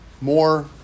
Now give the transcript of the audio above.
more